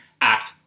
Act